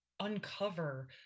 uncover